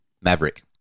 Maverick